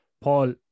Paul